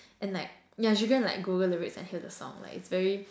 and like ya you should go like Google the lyrics and hear the song like it's very